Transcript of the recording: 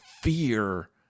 fear